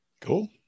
cool